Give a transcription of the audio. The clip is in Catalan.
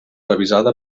revisada